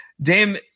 dame